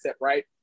right